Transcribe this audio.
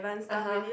(uh huh)